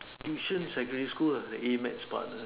Yishun secondary school ah the A maths part lah